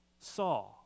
saw